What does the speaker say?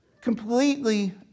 completely